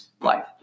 life